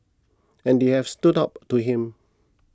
and they have stood up to him